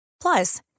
Plus